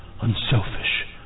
unselfish